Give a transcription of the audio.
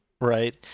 right